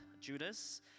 Judas